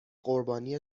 قربانی